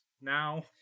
now